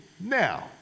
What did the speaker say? Now